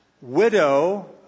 widow